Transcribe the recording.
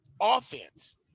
offense